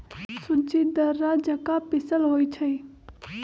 सूज़्ज़ी दर्रा जका पिसल होइ छइ